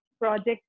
project